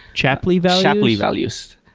shapley values? shapley values.